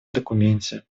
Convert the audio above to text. документе